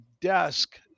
desk